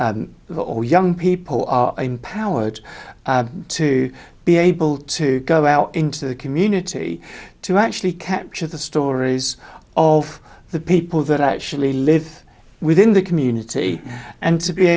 all young people are empowered to be able to go out into the community to actually capture the stories of the people that actually live within the community and to be